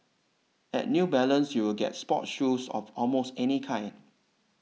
at New Balance you will get sports shoes of almost any kind